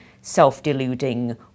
self-deluding